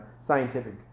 scientific